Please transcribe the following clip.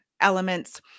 elements